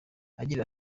agira